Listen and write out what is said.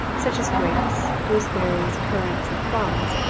such as grapes, gooseberries, currants, and plums,